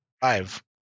five